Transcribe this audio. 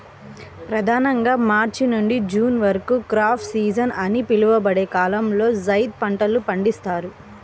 ప్రధానంగా మార్చి నుండి జూన్ వరకు క్రాప్ సీజన్ అని పిలువబడే కాలంలో జైద్ పంటలు పండిస్తారు